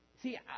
See